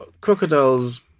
Crocodiles